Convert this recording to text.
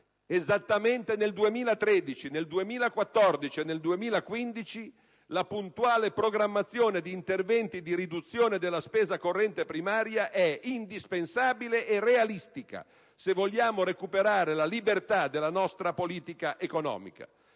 esattamente nel 2013, nel 2014 e nel 2015 la puntuale programmazione di interventi di riduzione della spesa corrente primaria è indispensabile e realistica, se vogliamo recuperare la libertà della nostra politica economica.